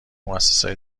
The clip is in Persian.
موسسات